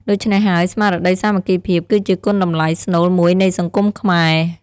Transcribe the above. ដូច្នេះហើយ ស្មារតីសាមគ្គីភាព គឺជាគុណតម្លៃស្នូលមួយនៃសង្គមខ្មែរ។